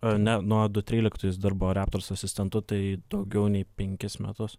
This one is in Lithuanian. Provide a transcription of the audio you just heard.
ar ne nuo du tryliktų jis dar buvo raptors asistentu tai daugiau nei penkis metus